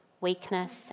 weakness